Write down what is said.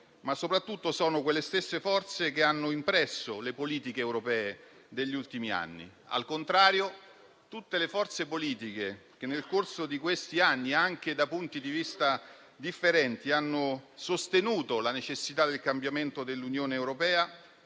ma soprattutto sono quelle stesse forze che hanno guidato le politiche europee degli ultimi anni. Al contrario, tutte le forze politiche che nel corso di questi anni, anche da punti di vista differenti, hanno sostenuto la necessità del cambiamento dell'Unione europea